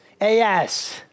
Yes